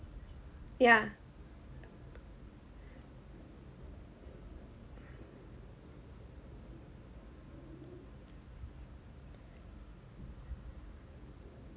yeah